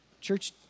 Church